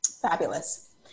Fabulous